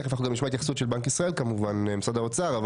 תכף נשמע התייחסות של בנק ישראל ומשרד האוצר.